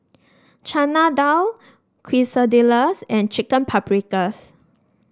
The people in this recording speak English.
Chana Dal Quesadillas and Chicken Paprikas